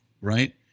right